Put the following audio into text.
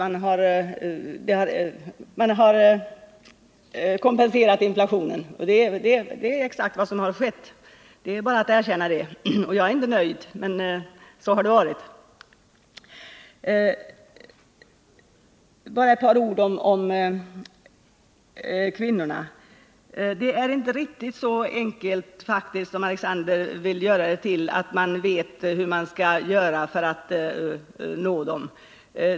Det är bara att erkänna att detta är exakt vad som har skett. Jag är inte heller nöjd, men så har resultatet blivit. Jag vill bara säga ett par ord om invandrarkvinnorna. Det är faktiskt inte riktigt så enkelt som Alexander Chrisopoulos vill göra det när han säger att man vet vad man skall göra för att nå dessa kvinnor.